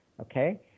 Okay